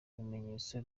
bimenyetso